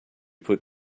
put